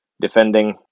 Defending